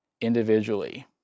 individually